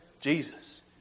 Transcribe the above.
Jesus